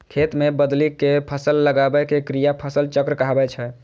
खेत मे बदलि कें फसल लगाबै के क्रिया फसल चक्र कहाबै छै